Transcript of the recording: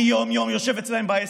אני יום-יום יושב אצלם בעסק.